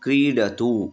क्रीडतु